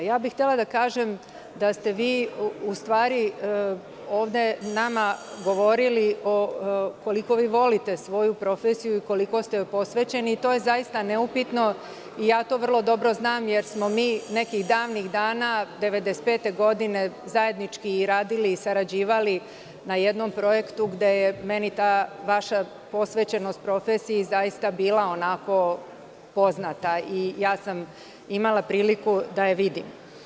Htela bih da kažem da ste vi u stvari ovde nama govorili o tome koliko vi volite svoju profesiju i koliko ste joj posvećeni i to je zaista nesporno, ja to vrlo dobro znam, jer smo mi nekih davnih dana, 1995. godine, zajednički radili i sarađivali na jednom projektu gde je meni ta vaša posvećenost profesiji zaista bila poznata i imala sam priliku da je vidim.